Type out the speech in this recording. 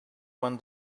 when